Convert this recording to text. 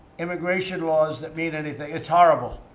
immigration laws that mean anything. it's horrible.